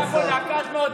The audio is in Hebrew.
להבדיל מכם,